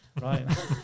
right